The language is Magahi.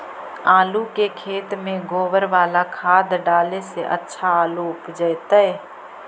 आलु के खेत में गोबर बाला खाद डाले से अच्छा आलु उपजतै?